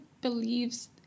believes